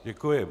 Děkuji.